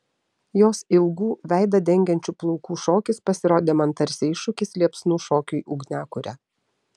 jos ilgų veidą dengiančių plaukų šokis pasirodė man tarsi iššūkis liepsnų šokiui ugniakure